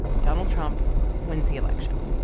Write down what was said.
donald trump wins the election.